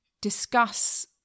discuss